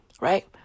right